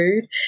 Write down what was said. food